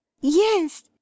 yes